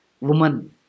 Woman